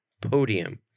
podium